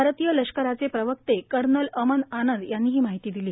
भारतीय लष्कराचे प्रवक्ते कर्नल अमन आनंद यांनी ही माहिती दिली